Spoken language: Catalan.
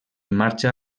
marxa